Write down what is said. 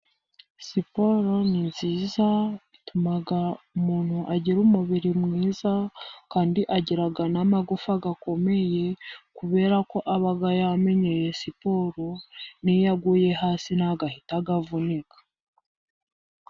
Siporo ni nziza, ituma umuntu agira umubiri mwiza kandi agira n’amagufa akomeye, kubera ko aba yamenyeye siporo. N'iyo aguye hasi, ntabwo ahita avunika.